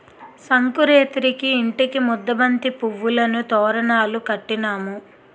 సంకురేతిరికి ఇంటికి ముద్దబంతి పువ్వులను తోరణాలు కట్టినాము